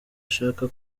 ashaka